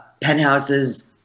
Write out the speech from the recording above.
Penthouse's